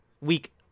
week